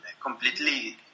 completely